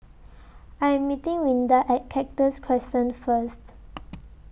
I Am meeting Rinda At Cactus Crescent First